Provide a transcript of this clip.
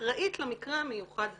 אחראית למקרה המיוחד הזה.